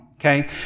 Okay